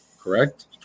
Correct